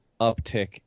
uptick